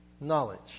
knowledge